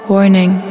Warning